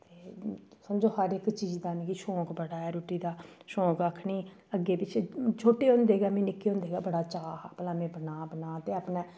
ते समझो हर इक चीज दा मिगी शौंक बड़ा ऐ रुट्टी दा शौंक ऐ आखनी अग्गें पिच्छे छोटे होंदे गै मिगी निक्के होंदे गै मिगी बड़ा चाऽ हा भला में बनांऽ बनांऽ ते अपने